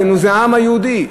זה העם היהודי.